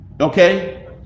Okay